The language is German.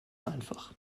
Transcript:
einfach